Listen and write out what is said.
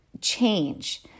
change